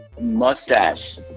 mustache